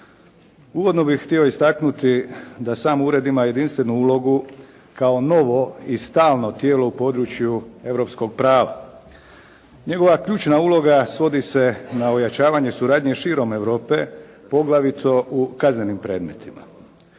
Uvodno bih htio istaknuti da sam ured ima jedinstvenu ulogu kao novo i stalno tijelo u području europskog prava. Njegova ključna uloga svodi se na ojačavanje suradnje širom Europe poglavito u kaznenim predmetima.